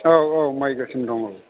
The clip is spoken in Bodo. औ औ माइ गोसोम दं औ